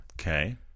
Okay